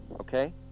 Okay